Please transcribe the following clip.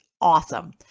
awesome